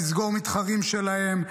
תסגור מתחרים שלהם,